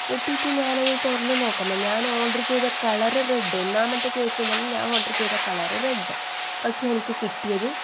കിട്ടിയിട്ട് ഞാനത് തുറന്ന് നോക്കുമ്പോൾ ഞാൻ ഓർഡർ ചെയ്ത കളർ റെഡ് ഒന്നാമത്തെ കേസി തന്നെ ഞാൻ ഓർഡർ ചെയ്ത കളർ റെഡ് പക്ഷേ എനിക്ക് കിട്ടിയത്